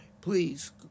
Please